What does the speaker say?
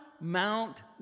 Mount